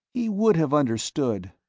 he would have understood,